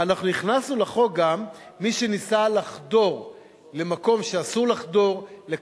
אנחנו הכנסנו לחוק גם את מי שניסה לחדור למקום שאסור לחדור אליו,